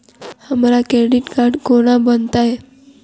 हमरा credit card कोना बनतै?